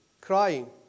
Crying